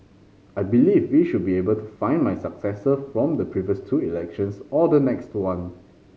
I believe we should be able to find my successor from the previous two elections or the next one